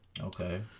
Okay